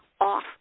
off